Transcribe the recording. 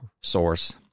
source